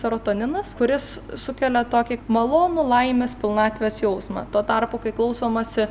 serotoninas kuris sukelia tokį malonų laimės pilnatvės jausmą tuo tarpu kai klausomasi